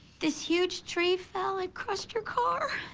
this huge tree fell and crushed your car.